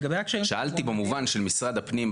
שאלתי במובן של משרד הפנים,